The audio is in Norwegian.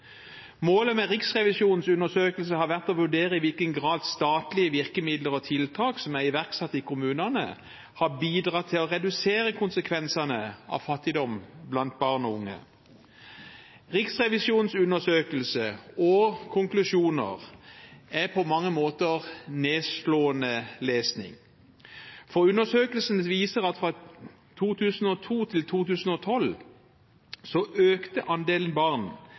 Målet med Riksrevisjonens undersøkelse har vært å vurdere i hvilken grad statlige virkemidler og tiltak som er iverksatt i kommunene, har bidratt til å redusere konsekvensene av fattigdom blant barn og unge. Riksrevisjonens undersøkelse og konklusjoner er på mange måter nedslående lesning, for undersøkelsen viser at fra 2002 til 2012 økte andelen barn